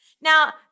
Now